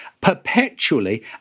perpetually